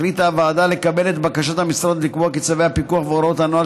החליטה הוועדה לקבל את בקשת המשרד ולקבוע כי צווי הפיקוח והוראות הנוהל